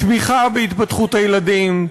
תמיכה בהתפתחות הילדים,